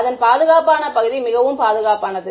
அதன் பாதுகாப்பான பகுதி மிகவும் பாதுகாப்பானது